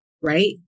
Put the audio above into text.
Right